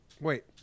Wait